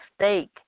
mistake